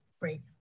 Great